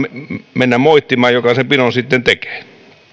mennä moittimaan joka sen pinon sitten tekee